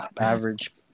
average